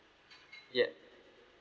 yup